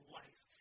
life